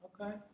Okay